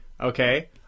okay